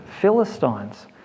Philistines